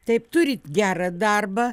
taip turit gerą darbą